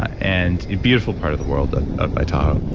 and beautiful part of the world up by tahoe.